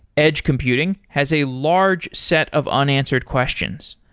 edge computing has a large set of unanswered questions,